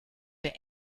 der